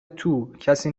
توکسی